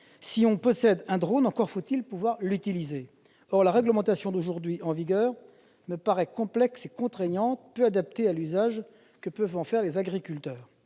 on possède un drone, encore faut-il pouvoir l'utiliser. Or la réglementation en vigueur me paraît complexe et contraignante, peu adaptée à l'usage que peuvent en faire les agriculteurs.